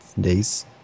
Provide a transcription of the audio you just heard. days